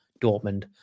Dortmund